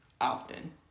often